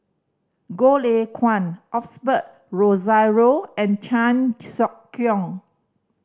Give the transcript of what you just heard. Goh Lay Kuan Osbert Rozario and Chan Sek Keong